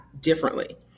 differently